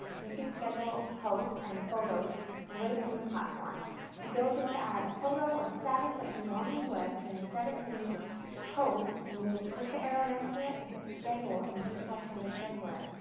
you can schedule posts and photos right in the platform. so you go just to add a photo or a status like you normally would, and instead of hitting post, you click the arrow next to it and hit schedule, and you can select when to schedule it.